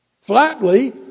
flatly